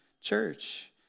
church